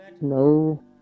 No